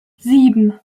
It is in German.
sieben